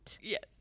Yes